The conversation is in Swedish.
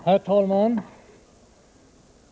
Herr talman!